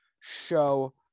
show